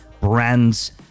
brands